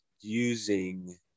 using